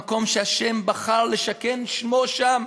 המקום שה' בחר לשכן שמו שם.